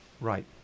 Right